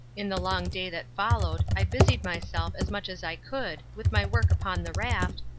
in the long day that followed, i busied myself as much as i could with my work upon the raft,